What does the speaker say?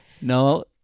no